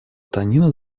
танина